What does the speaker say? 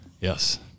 Yes